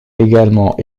également